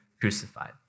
crucified